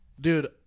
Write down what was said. Dude